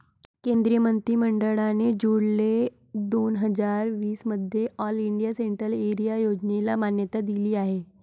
केंद्रीय मंत्रि मंडळाने जुलै दोन हजार वीस मध्ये ऑल इंडिया सेंट्रल एरिया योजनेला मान्यता दिली आहे